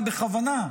ובכוונה,